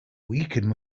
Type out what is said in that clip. weaken